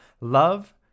Love